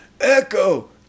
echo